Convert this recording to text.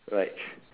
like